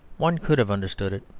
one could have understood it.